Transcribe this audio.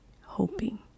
hoping